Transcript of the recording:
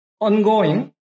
ongoing